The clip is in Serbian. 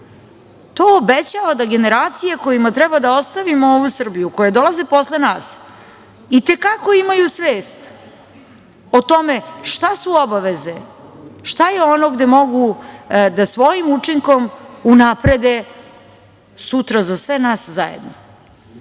To obećava da generacije kojima treba da ostavimo ovu Srbiju, koje dolaze posle nas i te kako imaju svest o tome šta su obaveze, šta je ono gde mogu da svojim učinkom unaprede sutra za sve nas zajedno. Kada